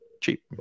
cheap